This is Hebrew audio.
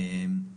ארוכים.